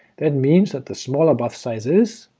that means that the smaller buffsize is,